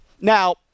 Now